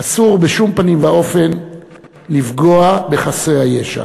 אסור בשום פנים ואופן לפגוע בחסרי הישע.